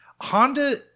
Honda